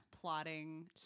plotting